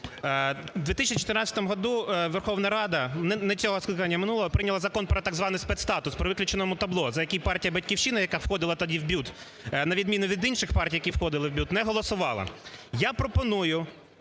а минулого) прийняла Закон про так званийспецстатус при виключеному табло, за який партія "Батьківщина", яка входила тоді в БЮТ, на відміну від інших партій, які входили в БЮТ, не голосувала.